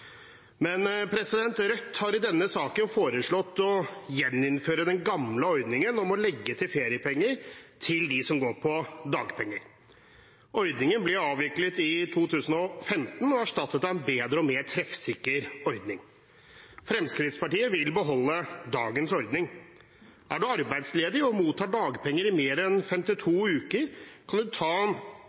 men som ikke nødvendigvis har fullt så mye substans. Rødt har i denne saken foreslått å gjeninnføre den gamle ordningen med å legge til feriepenger for dem som går på dagpenger. Ordningen ble avviklet i 2015 og erstattet av en bedre og mer treffsikker ordning. Fremskrittspartiet vil beholde dagens ordning. Er du arbeidsledig og mottar dagpenger i mer enn 52 uker, kan du ta